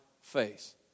face